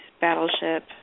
Battleship